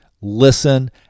listen